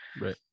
right